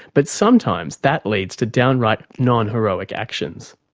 but sometimes that leads to downright non-heroic actions.